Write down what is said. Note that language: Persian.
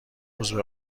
عضو